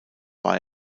war